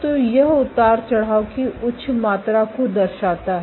तो यह उतार चढ़ाव की उच्च मात्रा को दर्शाता है